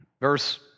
verse